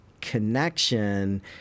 connection